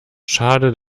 schade